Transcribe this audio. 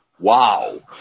Wow